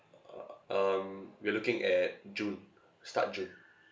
uh um we're looking at june start june